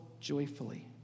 joyfully